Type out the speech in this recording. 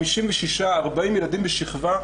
56-40 ילדים בשכבה,